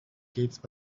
گیتس